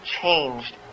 changed